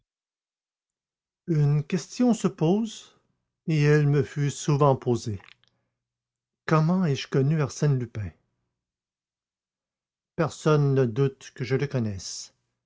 une question se pose et elle me fut souvent posée comment ai-je connu arsène lupin personne ne doute que je le connaisse